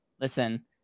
listen